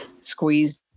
squeezed